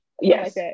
Yes